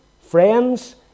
friends